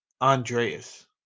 Andreas